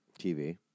TV